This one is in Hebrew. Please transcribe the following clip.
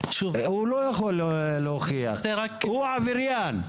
הוא לא יכול להוכיח, הוא עבריין.